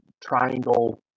triangle